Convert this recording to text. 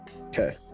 okay